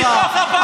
מתוך הפרלמנט.